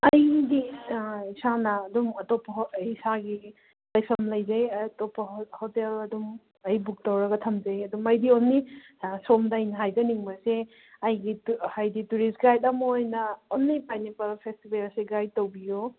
ꯑꯩꯗꯤ ꯏꯁꯥꯅ ꯑꯗꯨꯝ ꯑꯇꯣꯞꯄ ꯏꯁꯥꯒꯤ ꯂꯩꯐꯝ ꯂꯩꯖꯩ ꯑꯇꯣꯞꯄ ꯍꯣꯇꯦꯜ ꯑꯗꯨꯝ ꯑꯩ ꯕꯨꯛ ꯇꯧꯔꯒ ꯊꯝꯖꯩ ꯑꯗꯨꯝ ꯑꯩꯗꯤ ꯑꯣꯡꯂꯤ ꯁꯣꯝꯗ ꯑꯩꯅ ꯍꯥꯏꯖꯅꯤꯡꯕꯁꯦ ꯑꯩꯒꯤ ꯍꯥꯏꯗꯤ ꯇꯨꯔꯤꯁ ꯒꯥꯏꯠ ꯑꯃ ꯑꯣꯏꯅ ꯑꯣꯡꯂꯤ ꯄꯥꯏꯅꯦꯄꯜ ꯐꯦꯁꯇꯤꯕꯦꯜꯁꯦ ꯒꯥꯏꯠ ꯇꯧꯕꯤꯌꯣ